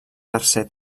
tercer